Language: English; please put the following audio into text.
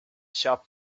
shop